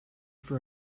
for